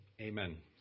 Amen